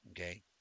Okay